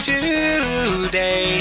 Today